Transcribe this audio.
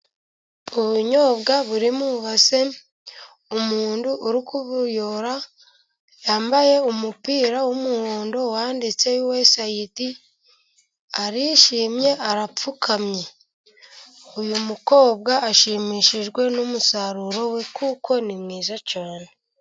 Ubunyobwa buri mu ibase. Umuntu uri kubuyora yambaye umupira w'umuhondo wanditseho yuwesayidi, arishimye, arapfukamye . Uyu mukobwa ashimishijwe n'umusaruro we kuko ni mwiza cyane.